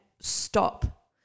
stop